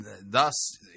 thus